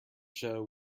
show